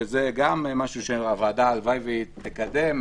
וגם זה דבר שהלוואי שהוועדה תקדם,